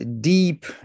deep